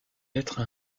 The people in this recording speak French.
être